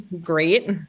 great